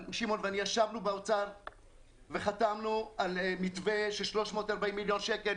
שמעון ואני ישבנו באוצר וחתמנו על מתווה של 340 מיליון שקלים.